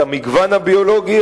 את המגוון הביולוגי,